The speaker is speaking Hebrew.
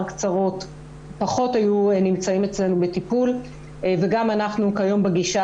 קצרות פחות היו נמצאים אצלנו בטיפול וגם אנחנו כיום בגישה